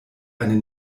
eine